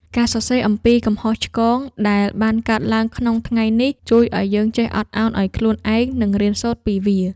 ការសរសេរអំពីកំហុសឆ្គងដែលបានកើតឡើងក្នុងថ្ងៃនេះ ជួយឱ្យយើងចេះអត់ឱនឱ្យខ្លួនឯង និងរៀនសូត្រពីវា។